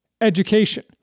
education